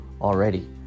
already